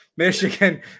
Michigan